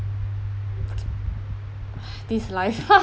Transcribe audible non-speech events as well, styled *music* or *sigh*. this is life *laughs*